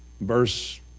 Verse